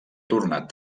tornat